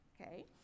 okay